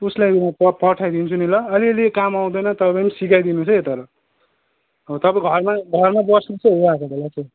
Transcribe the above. उसलाई म पठाई पठाइदिन्छु नि ल अलिअलि काम आउँदैन तर पनि सिकाइदिनुहोस् है तर तपाईँ घरमा घरमा बस्नुहोस् है उ आएको बेला चाहिँ